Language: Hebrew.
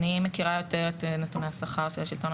אני לא מכירה את נתוני השכר של השלטון המקומי,